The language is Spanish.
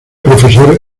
profesor